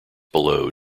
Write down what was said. below